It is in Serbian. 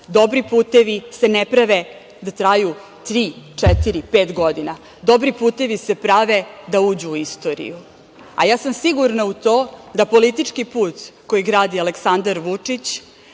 Dobri putevi se ne prave da traju tri, četiri, pet godina. Dobri putevi se prave da uđu u istoriju. A, ja sam sigurna u to da politički put, koji gradi Aleksandar Vučić,